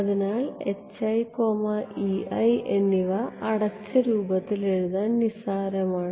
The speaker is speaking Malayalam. അതിനാൽ എന്നിവ അടച്ച രൂപത്തിൽ എഴുതാൻ നിസ്സാരമാണ്